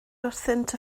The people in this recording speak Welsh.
wrthynt